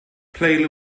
play